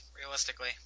realistically